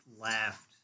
laughed